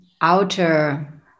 outer